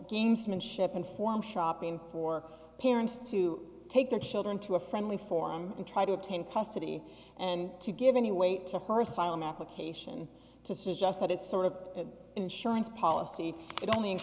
gamesmanship and form shopping for parents to take their children to a friendly forum and try to obtain custody and to give any weight to for asylum application to suggest that it's sort of an insurance policy that only